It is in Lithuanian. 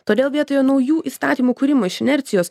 todėl vietoje naujų įstatymų kūrimo iš inercijos